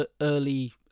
early